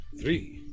three